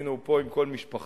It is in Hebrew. הנה הוא פה עם כל משפחתו,